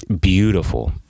beautiful